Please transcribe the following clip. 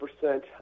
percent